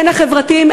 הן החברתיים,